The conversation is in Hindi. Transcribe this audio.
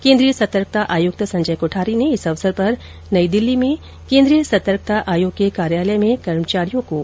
केन्द्रीय सतर्कता आयुक्त संजय कोठारी ने इस अवसर पर नई दिल्ली में केन्द्रीय सतर्कता आयोग के कार्यालय में कर्मचारियों को शपथ दिलाई